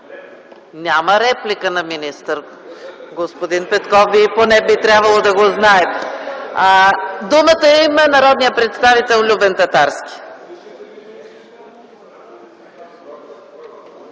Няма реплика на министър. Господин Петков, Вие поне би трябвало да го знаете. Има думата народният представител Любен Татарски.